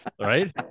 right